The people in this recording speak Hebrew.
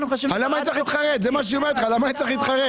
זה מה שהיא אומרת לך, למה אני צריך להתחרט?